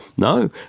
No